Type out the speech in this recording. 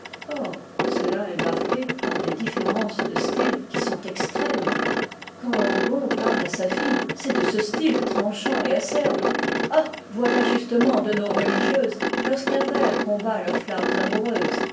or cela est marqué par des différences de style qui sont extrêmes quand orgon parle à sa fille c'est de ce style tranchant et acerbe ah voilà justement de nos religieuses lorsqu'un père combat leurs flammes amoureuses